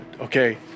okay